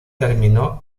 terminó